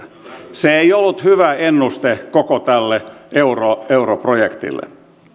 se ei ollut hyvä ennuste koko tälle europrojektille